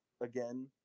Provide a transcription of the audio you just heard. again